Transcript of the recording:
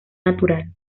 natural